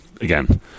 again